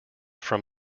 from